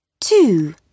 Two